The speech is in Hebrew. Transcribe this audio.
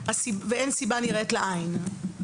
ללא סיבה נראית לעין?